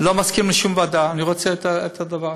לא מסכים לשום ועדה, אני רוצה את הדבר.